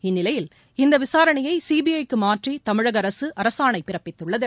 இந்நிலையில் இந்தவிசாரணையைசிபிற க்குமாற்றிதமிழகஅரசுஅரசாணைபிறப்பித்துள்ளது